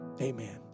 amen